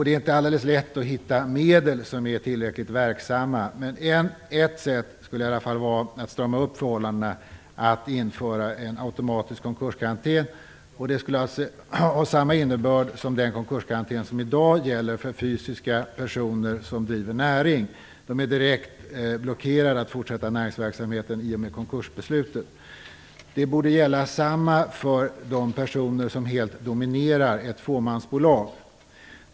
Det är inte alldeles lätt att hitta medel som är tillräckligt verksamma. Ett sätt att strama upp förhållandena skulle i alla fall vara att införa en automatisk konkurskarantän. Den skulle ha samma innebörd som den konkurskarantän som i dag gäller för fysiska personer som driver näring. De är direkt blockerade att fortsätta näringsverksamheten i och med konkursbeslutet. Samma sak borde gälla för de personer som helt dominerar ett fåmansbolag.